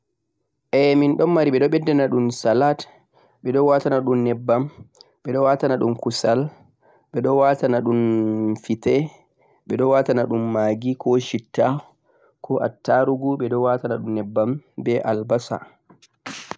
kussel, fitte, maggi koh shitta koh attarugu, albasa